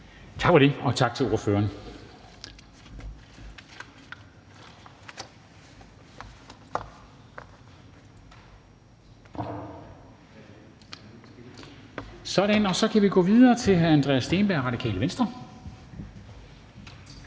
det, og tak til ordføreren. Så kan vi gå videre til hr. Andreas Steenberg, Radikale Venstre.